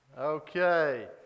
Okay